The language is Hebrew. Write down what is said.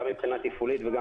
גם מבחינה תפעולית וגם